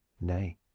Nay